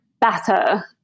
better